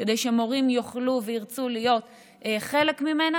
כדי שמורים יוכלו וירצו להיות חלק ממנה,